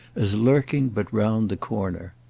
as lurking but round the corner.